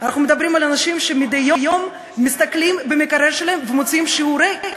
אנחנו מדברים על אנשים שמדי יום מסתכלים במקרר שלהם ומוצאים שהוא ריק,